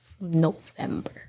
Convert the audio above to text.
November